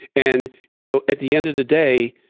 and you know at the end of the day